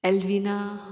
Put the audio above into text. Elvina